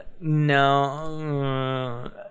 No